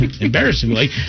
embarrassingly